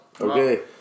okay